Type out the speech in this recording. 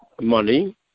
money